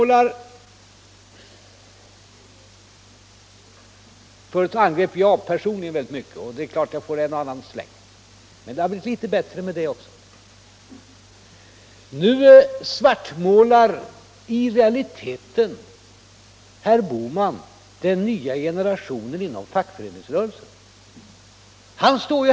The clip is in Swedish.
Tidigare angreps jag personligen väldigt mycket av herr Bohman. Det är klart att jag fortfarande får en och annan släng, men det har blivit litet bättre med det också. Nu svartmålar herr Bohman i realiteten den nya generationen inom fackföreningsrörelsen.